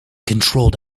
controlled